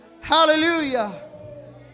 Hallelujah